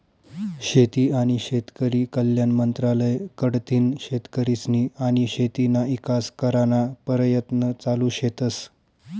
शेती आनी शेतकरी कल्याण मंत्रालय कडथीन शेतकरीस्नी आनी शेतीना ईकास कराना परयत्न चालू शेतस